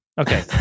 Okay